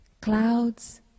Clouds